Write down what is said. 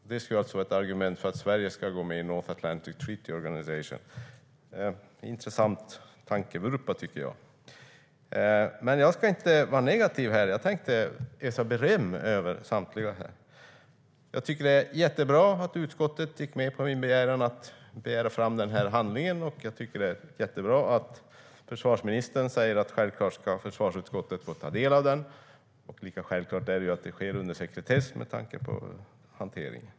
Det skulle alltså vara ett argument för att Sverige ska gå med i North Atlantic Treaty Organization. Det är en intressant tankevurpa, tycker jag. Men jag ska inte vara negativ. Jag tänkte ösa beröm över samtliga här. Jag tycker att det är jättebra att utskottet gick med på min begäran att begära fram den här handlingen, och jag tycker att det är jättebra att försvarsministern säger att försvarsutskottet självklart ska få del av den. Lika självklart är det ju att det sker under sekretess med tanke på hanteringen.